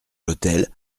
l’hôtel